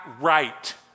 right